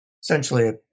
essentially